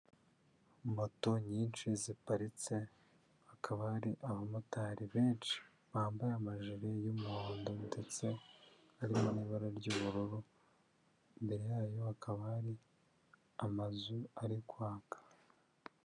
Moto nyinshi ziparitse hakaba hari abamotari benshi bambaye amajiri y'umuhondo ndetse harimo n'ibara ry'ubururu, imbere yayo hakaba hari amazu ari kwaka.